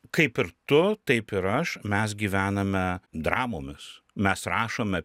kaip ir tu taip ir aš mes gyvename dramomis mes rašome